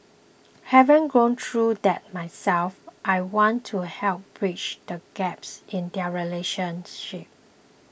having gone through that myself I want to help bridge the gaps in their relationship